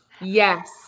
Yes